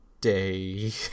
day